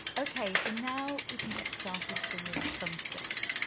okay, so and now we can get started with the really fun stuff.